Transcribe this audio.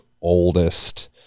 oldest